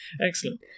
Excellent